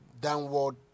downward